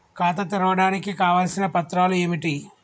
ఖాతా తెరవడానికి కావలసిన పత్రాలు ఏమిటి?